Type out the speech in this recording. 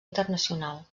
internacional